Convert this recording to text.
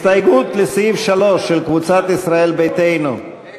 הסתייגות לסעיף 3 של קבוצת ישראל ביתנו,